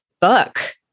book